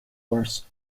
worse